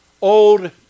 old